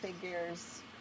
figures